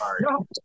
No